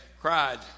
cried